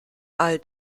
all